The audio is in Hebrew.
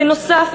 בנוסף,